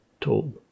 tool